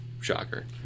shocker